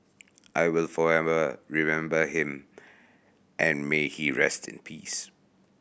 I will forever remember him and may he rest in peace